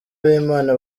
b’imana